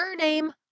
HERNAME